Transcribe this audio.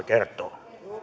kertoo arvoisa